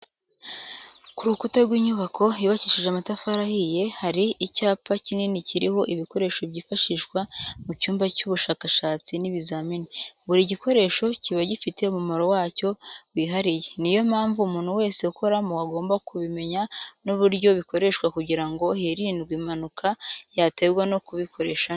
Ku rukuta rw'inyubako yubakishije amatafari ahiye, hari icyapa kikini kiriho ibikoresho byifashishwa mu cyumba cy'ubushakashatsi n'ibizamini, buri gikoresho kiba gifite umumaro wacyo wihariye, niyo mpamvu umuntu wese ukoramo agomba kubimenya n'uburyo bikoreshwa kugira ngo hirindwe impanuka yaterwa no kubikoresa nabi.